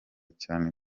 cyane